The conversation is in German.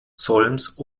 solms